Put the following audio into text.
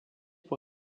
pour